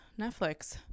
netflix